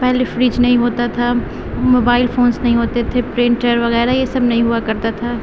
پہلے فرج نہیں ہوتا تھا موبائل فونس نہیں ہوتے تھے پرنٹر وغیرہ یہ سب نہیں ہوا کرتا تھا